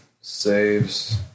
saves